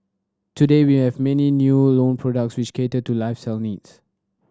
today we have many new loan products which cater to lifestyle needs